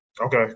Okay